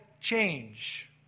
change